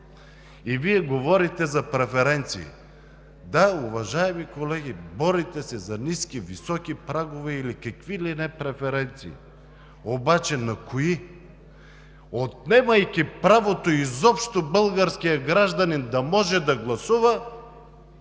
И Вие говорите за преференции – да, уважаеми колеги, борите се за ниски, високи прагове или какви ли не преференции, обаче на кои? Отнемайки правото изобщо българският гражданин да може да гласува,